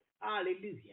Hallelujah